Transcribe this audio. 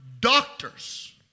doctors